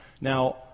Now